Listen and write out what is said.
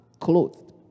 clothed